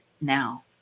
now